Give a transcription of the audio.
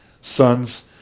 sons